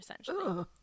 essentially